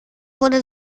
wurde